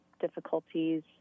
difficulties